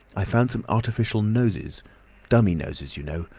i found some artificial noses dummy noses, you know,